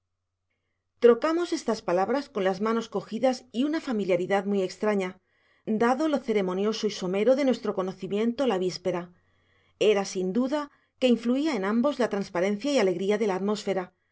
trocamos estas palabras con las manos cogidas y una familiaridad muy extraña dado lo ceremonioso y somero de nuestro conocimiento la víspera era sin duda que influía en ambos la transparencia y alegría de la atmósfera